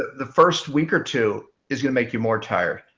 the first week or two is going to make you more tired.